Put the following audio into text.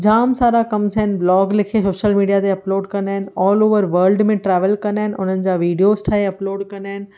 जामु सारा कम आहिनि ब्लोग लिखी शोशल मिडिया ते अपलोड कंदा आहिनि ऑलओवर वर्लड में ट्रेवल कंदा आहिनि उन्हनि जा विडियोस ठाहे अपलोड कंदा आहिनि